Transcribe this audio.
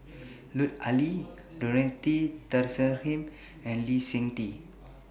Lut Ali Dorothy Tessensohn and Lee Seng Tee